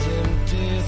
empty